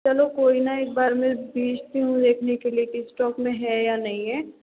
चलो कोई न एक बार मैं भेजती हूँ देखने के लिए कि स्टॉक में है या नहीं है